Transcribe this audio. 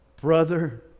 brother